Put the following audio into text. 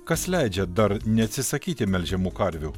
kas leidžia dar neatsisakyti melžiamų karvių